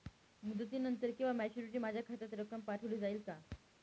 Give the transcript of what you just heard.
मुदतीनंतर किंवा मॅच्युरिटी माझ्या खात्यात रक्कम पाठवली जाईल का?